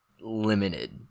limited